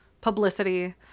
publicity